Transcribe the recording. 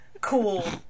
cool